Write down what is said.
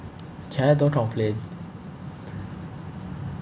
can I don't complaint